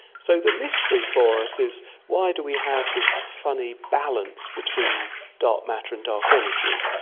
so the mystery for us is why do we have this funny balance between dark matter and dark energy.